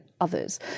others